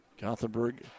Gothenburg